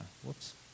Whoops